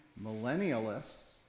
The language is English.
millennialists